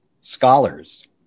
scholars